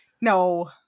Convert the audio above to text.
no